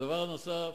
דבר נוסף,